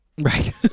Right